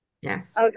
Yes